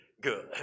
good